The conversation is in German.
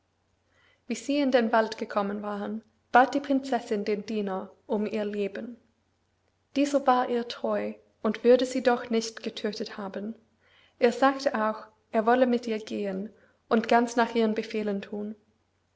wie sie in den wald gekommen waren bat die prinzessin den diener um ihr leben dieser war ihr treu und würde sie doch nicht getödtet haben er sagte auch er wolle mit ihr gehen und ganz nach ihren befehlen thun